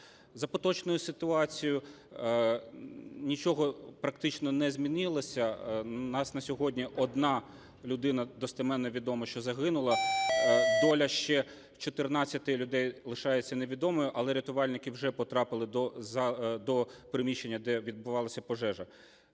За поточною ситуацією нічого практично не змінилося, у нас на сьогодні одна людина достеменно відомо, що загинула. Доля ще 14 людей лишається невідомою, але рятувальники вже потрапили до приміщення, де відбувалася пожежа.